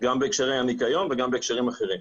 גם בהקשרי הניקיון וגם בהקשרים אחרים.